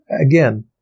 Again